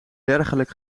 dergelijk